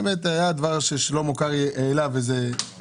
באמת היה הדבר ששלמה קרעי העלה באשר